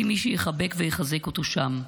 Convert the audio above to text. בלי מי שיחבק ויחזק אותו שם.